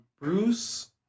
Bruce